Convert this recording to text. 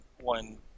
one